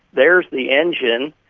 there's the engine.